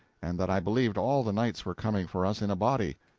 and that i believed all the knights were coming for us in a body.